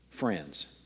friends